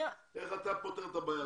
איך אתה פותר את הבעיה הזאת.